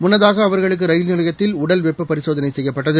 முன்னதாகஅவர்களுக்கு rail நிலையத்தில் உடல் வெப்ப பரிசோதனை செய்யப்பட்டது